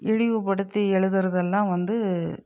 இழிவுப்படுத்தி எழுதுகிறதெல்லாம் வந்து